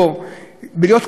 ונהיה כפוי טובה.